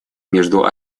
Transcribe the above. между